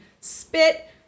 spit